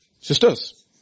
sisters